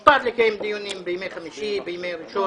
מותר לקיים דיונים בימי חמישי ובימי ראשון.